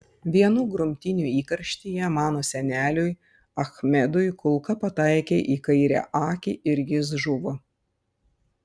vienų grumtynių įkarštyje mano seneliui achmedui kulka pataikė į kairę akį ir jis žuvo